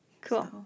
Cool